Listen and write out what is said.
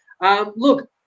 Look